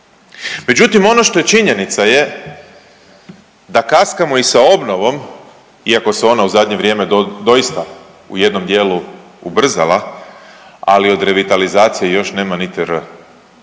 Međutim ono što je činjenica je da kaskamo i sa obnovom iako se ona u zadnje vrijeme doista u jednom dijelu ubrzala, ali od revitalizacije još nema niti R.